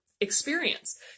experience